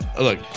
look